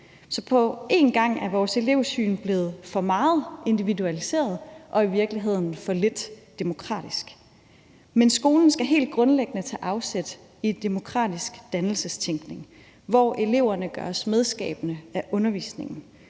Så på én gang er vores elevsyn blevet for meget individualiseret og i virkeligheden for lidt demokratisk. Men skolen skal helt grundlæggende tage afsæt i demokratisk dannelsestænkning, hvor eleverne gøres medskabende i forhold til undervisningen.